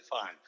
fine